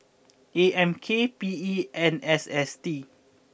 A M K P E and S S T